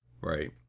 Right